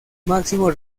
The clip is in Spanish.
máximo